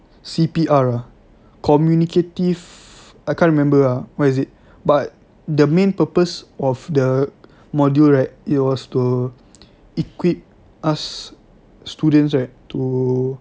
C_P_R ah communicative I can't remember ah what is it but the main purpose of the module right it was to equip us students right to